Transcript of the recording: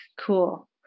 Cool